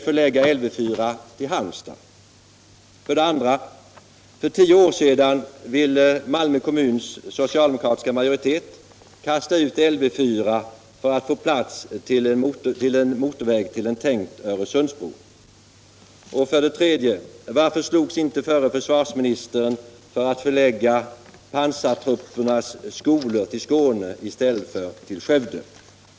För tio år sedan ville Malmö kommuns socialdemokratiska majoritet kasta ut Lv 4 för att få plats för en motorväg till en tänkt Öresundsbro. 3. Varför slogs inte förre försvarsministern för att förlägga pansartruppernas skola till Skåne i stället för till Skövde?